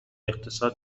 اقتصاد